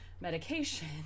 medication